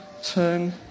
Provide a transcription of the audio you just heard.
Turn